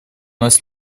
нас